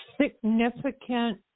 significant